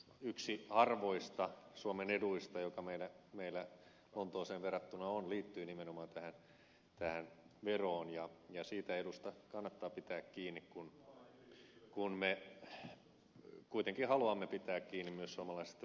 yksi harvoista suomen eduista joka meillä lontooseen verrattuna on liittyy nimenomaan tähän veroon ja siitä edusta kannattaa pitää kiinni kun me kuitenkin haluamme pitää kiinni myös suomalaisista pääkonttoreista